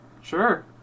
Sure